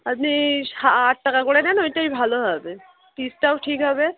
আপনি সা আট টাকা করে নেন ওইটাই ভালো হবে পিসটাও ঠিক হবে